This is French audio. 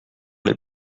les